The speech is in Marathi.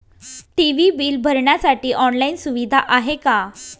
टी.वी बिल भरण्यासाठी ऑनलाईन सुविधा आहे का?